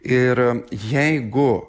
ir jeigu